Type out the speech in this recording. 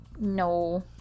No